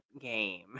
game